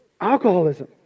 Alcoholism